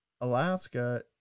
Alaska